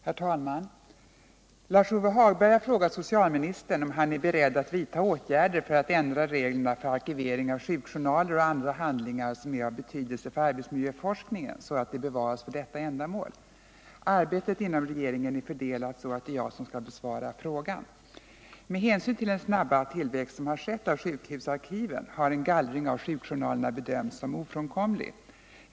Herr talman! Lars-Ove Hagberg har frågat socialministern om han är beredd att vidta åtgärder för att ändra reglerna för arkivering av sjukjournaler och andra handlingar som är av betydelse för arbetsmiljöforskningen, så att de bevaras för detta ändamål. Arbetet inom regeringen är fördelat så, att det är jag som skall besvara frågan. Med hänsyn till den snabba tillväxt som har skett av sjukhusarkiven har en gallring av sjukjournalerna berdömts som ofrånkomlig.